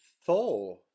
Four